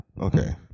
Okay